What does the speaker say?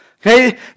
Okay